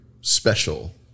special